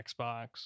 Xbox